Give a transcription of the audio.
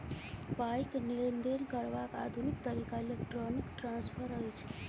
पाइक लेन देन करबाक आधुनिक तरीका इलेक्ट्रौनिक ट्रांस्फर अछि